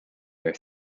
their